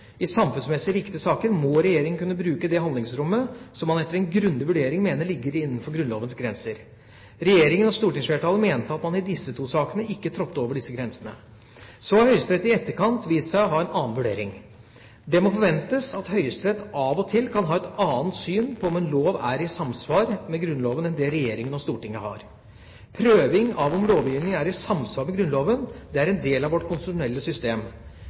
I samfunnsmessig viktige saker må regjeringa kunne bruke det handlingsrommet som man etter en grundig vurdering mener ligger innenfor Grunnlovens grenser. Regjeringa og stortingsflertallet mener at man i disse to sakene ikke trådte over disse grensene. Så har det i etterkant vist seg at Høyesterett har en annen vurdering. Det må forventes at Høyesterett av og til kan ha et annet syn på om en lov er i samsvar med Grunnloven enn det regjeringa og Stortinget har. Prøving av om lovgivingen er i samsvar med Grunnloven er en del av vårt konstitusjonelle system.